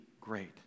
great